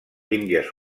índies